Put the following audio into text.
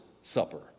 supper